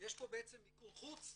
יש פה בעצם מיקור חוץ,